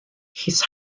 his